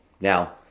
Now